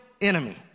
enemy